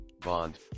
bond